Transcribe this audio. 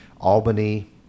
albany